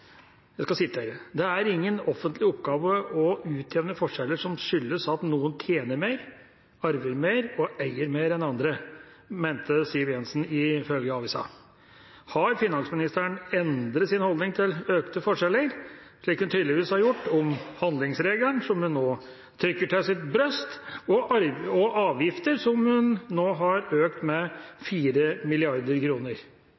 eier mer enn andre», mente Siv Jensen ifølge avisen. Har statsråden endret sin holdning til økte forskjeller, slik hun tydeligvis har gjort til handlingsregelen som hun nå trykker til sitt bryst, og avgiftene som hun nå har økt med 4 mrd. kroner?»